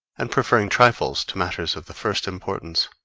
and preferring trifles to matters of the first importance.